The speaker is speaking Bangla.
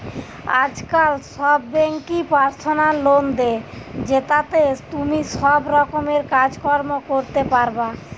আজকাল সব বেঙ্কই পার্সোনাল লোন দে, জেতাতে তুমি সব রকমের কাজ কর্ম করতে পারবা